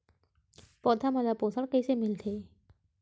पौधा मन ला पोषण कइसे मिलथे?